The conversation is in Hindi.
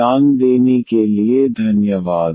ध्यान देने के लिए धन्यवाद